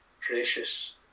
precious